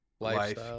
life